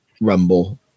Rumble